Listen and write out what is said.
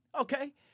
okay